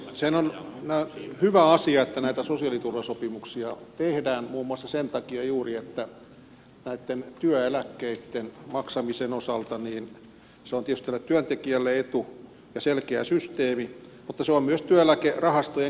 sehän on hyvä asia että näitä sosiaaliturvasopimuksia tehdään muun muassa sen takia juuri että näitten työeläkkeitten maksamisen osalta se on tietysti tälle työntekijälle etu ja selkeä systeemi mutta se on myös työeläkerahastojen kertymisen kannalta